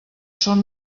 són